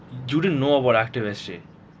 you didn't know about active S_G